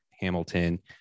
Hamilton